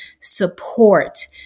support